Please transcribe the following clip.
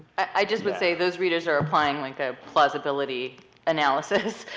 i just would say those readers are applying like a plausibility analysis,